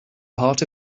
part